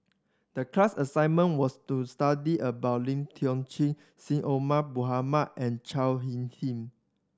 the class assignment was to study about Lim Tiong Ghee Syed Omar Mohamed and Chao Hick Sin